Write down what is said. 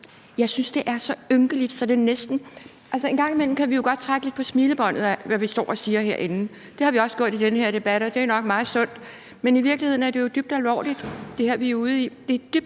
Jeg synes, det er så ynkeligt. En gang imellem kan vi jo godt trække lidt på smilebåndet over, hvad vi står og siger her i salen, og det har vi også gjort i denne debat, og det er nok meget sundt, men i virkeligheden er det, vi er ude i,